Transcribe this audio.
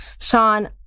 Sean